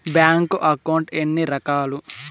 bank account ఎన్ని రకాలు